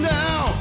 now